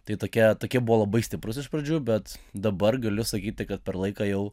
tai tokia tokia buvo labai stiprus iš pradžių bet dabar galiu sakyti kad per laiką jau